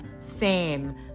fame